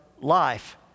life